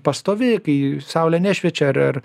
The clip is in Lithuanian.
pastovi kai saulė nešviečia ar ar